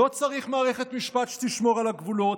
לא צריך מערכת משפט שתשמור על הגבולות.